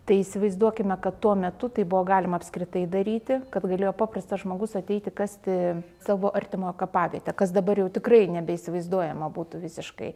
tai įsivaizduokime kad tuo metu tai buvo galima apskritai daryti kad galėjo paprastas žmogus ateiti kasti savo artimojo kapavietę kas dabar jau tikrai nebeįsivaizduojama būtų visiškai